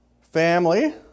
family